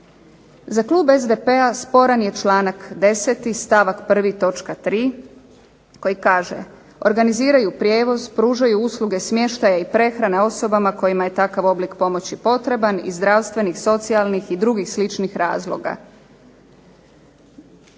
Za klub SDP-a sporan je članak 10. stavak 1. točka 3. koji kaže: organiziraju prijevoz, pružaju usluge smještaja i prehrane osobama kojima je takav oblik pomoći potreban iz zdravstvenih, socijalnih i drugih sličnih razloga.